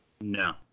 No